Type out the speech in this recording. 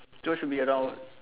so should be around